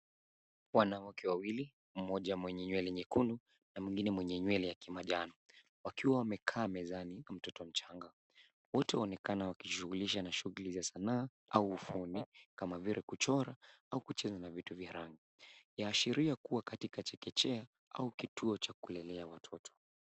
Wanawake wawili, mmoja mwenye nywele nyekundu na mwingine mwenye nywele ya kimanjano wakiwa wamekaa mezani na mtoto mchanga. Wote waonekana wakijishughulisha na shughuli za sanaa au ufundi kama vile kuchora au kucheza na vitu vya rangi. Yaashiria kuwa katika chekechea au kituo cha kulelea watoto.